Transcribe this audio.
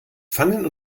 pfannen